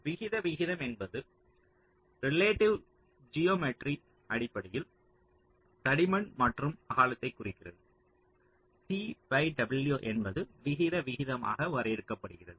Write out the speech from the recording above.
விகித விகிதம் என்பது ரிலேடிவ் ஜியோமெட்ரியை அடிப்படையில் தடிமன் மற்றும் அகலத்தை குறிக்கிறது t பை w என்பது விகித விகிதமாக வரையறுக்கப்படுகிறது